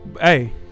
Hey